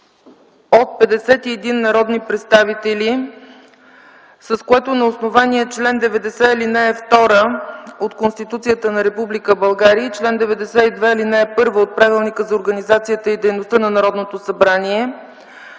от 51 народни представители, с което на основание чл. 90, ал. 2 от Конституцията на Република България и чл. 92, ал. 1 от Правилника за организацията и дейността на Народното събрание